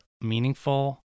meaningful